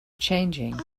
changing